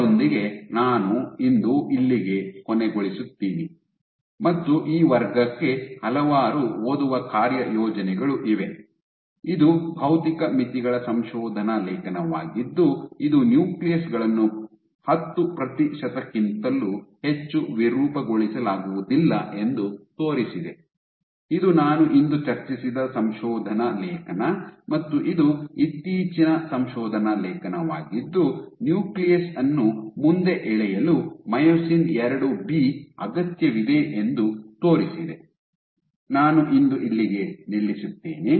ಇದರೊಂದಿಗೆ ನಾನು ಇಂದು ಇಲ್ಲಿಗೆ ಕೊನೆಗೊಳಿಸುತ್ತೀನಿ ಮತ್ತು ಈ ವರ್ಗಕ್ಕೆ ಹಲವಾರು ಓದುವ ಕಾರ್ಯಯೋಜನೆಗಳು ಇವೆ ಇದು ಭೌತಿಕ ಮಿತಿಗಳ ಸಂಶೋಧನಾ ಲೇಖನವಾಗಿದ್ದು ಇದು ನ್ಯೂಕ್ಲಿಯಸ್ ಗಳನ್ನು ಹತ್ತು ಪ್ರತಿಶತಕ್ಕಿಂತಲೂ ಹೆಚ್ಚು ವಿರೂಪಗೊಳಿಸಲಾಗುವುದಿಲ್ಲ ಎಂದು ತೋರಿಸಿದೆ ಇದು ನಾನು ಇಂದು ಚರ್ಚಿಸಿದ ಸಂಶೋಧನಾ ಲೇಖನ ಮತ್ತು ಇದು ಇತ್ತೀಚಿನ ಸಂಶೋಧನಾ ಲೇಖನವಾಗಿದ್ದು ನ್ಯೂಕ್ಲಿಯಸ್ ಅನ್ನು ಮುಂದೆ ಎಳೆಯಲು ಮೈಯೋಸಿನ್ II ಬಿ ಅಗತ್ಯವಿದೆ ಎಂದು ತೋರಿಸಿದೆ ಅದನ್ನು ನಾನು ಇಂದು ನಿಲ್ಲಿಸುತ್ತೇನೆ